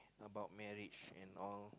about marriage and all